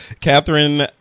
Catherine